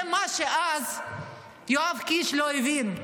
זה מה שאז יואב קיש לא הבין,